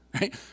right